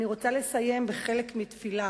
אני רוצה לסיים בחלק מתפילה: